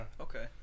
Okay